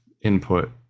input